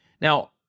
Now